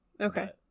Okay